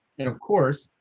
and of course,